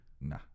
Nah